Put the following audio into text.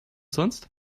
sonst